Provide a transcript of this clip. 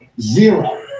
zero